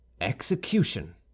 EXECUTION